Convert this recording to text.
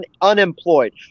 unemployed